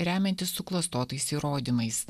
remiantis suklastotais įrodymais